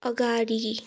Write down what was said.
अगाडि